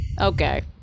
Okay